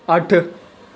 ਅੱਠ